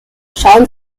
schauen